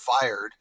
fired